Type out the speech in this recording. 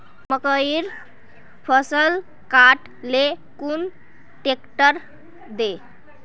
मकईर फसल काट ले कुन ट्रेक्टर दे?